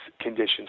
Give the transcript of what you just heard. conditions